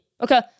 Okay